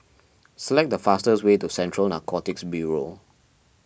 select the fastest way to Central Narcotics Bureau